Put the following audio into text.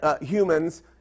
humans